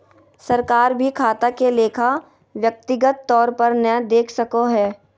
सरकार भी खाता के लेखा व्यक्तिगत तौर पर नय देख सको हय